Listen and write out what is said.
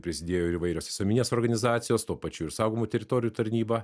prisidėjo ir įvairios visuomeninės organizacijos tuo pačiu ir saugomų teritorijų tarnyba